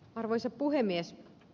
arvoisa puhemies